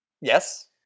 Yes